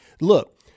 look